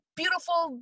beautiful